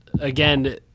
again